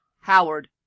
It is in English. Howard